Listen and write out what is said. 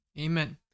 amen